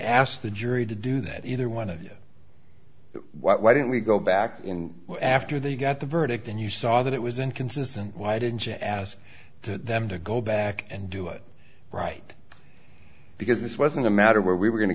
asked the jury to do that either one of what why didn't we go back in after they got the verdict and you saw that it was inconsistent why didn't she ask them to go back and do it right because this wasn't a matter where we were going to